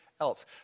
else